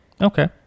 Okay